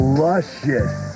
luscious